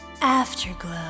Afterglow